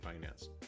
Finance